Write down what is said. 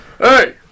hey